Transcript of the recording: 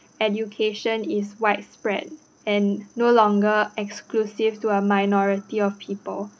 education is widespread and no longer exclusive to a minority of people